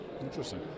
Interesting